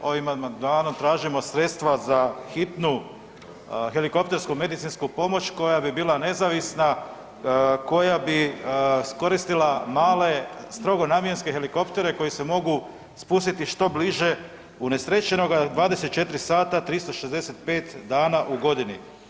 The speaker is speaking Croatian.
Ovim amandmanom tražimo sredstva za Hitnu helikoptersku medicinsku pomoć koja bi bila nezavisna koja bi koristila male strogo namjenske helikoptere koji se mogu spustiti što bliže unesrećenoga 24 sata 365 dana u godini.